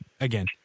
again